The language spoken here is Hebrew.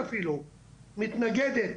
מתנגדת